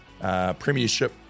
premiership